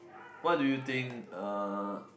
what do you think uh